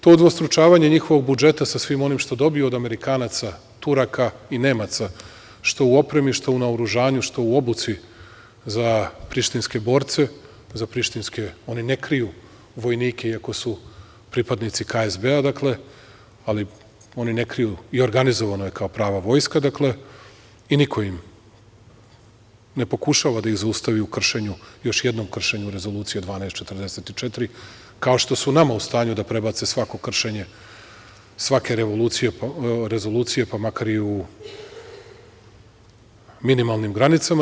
To udvostručavanje njihovog budžeta sa svim onim što dobiju od Amerikanaca, Turaka i Nemaca, što u opremi, što u naoružanju, što u obuci za prištinske borce, za prištinske, oni ne kriju vojnike, i ako su pripadnici KSB, ali oni ne kriju i organizovano je kao prava vojska i niko ne pokušava da ih zaustavi u kršenju, još jednom kršenju Rezolucije 1244, kao što su nama u stanju da prebace svako kršenje, svake rezolucije, pa makar i u minimalnim granicama.